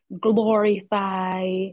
glorify